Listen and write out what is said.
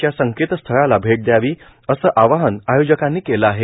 च्या संकेतस्थळास भेट दयावीए असं आवाहन आयोजकांनी केलं आहे